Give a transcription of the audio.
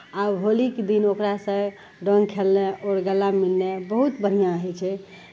आब होलीके दिन ओकरासँ रङ्ग खेलनाइ आओर गला मिलनाइ बहुत बढ़िआँ होइ छै